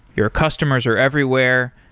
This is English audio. your customers are everywhere.